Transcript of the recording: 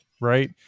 right